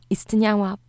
Istniała